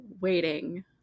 waiting